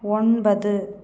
ஒன்பது